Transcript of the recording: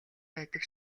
байдаг